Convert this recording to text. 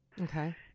Okay